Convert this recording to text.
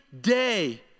day